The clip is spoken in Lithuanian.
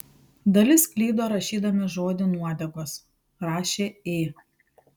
dalis klydo rašydami žodį nuodegos rašė ė